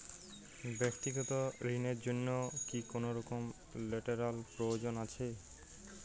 ব্যাক্তিগত ঋণ র জন্য কি কোনরকম লেটেরাল প্রয়োজন আছে?